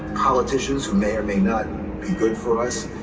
politicians who may or may not be good for us,